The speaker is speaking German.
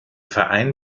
verein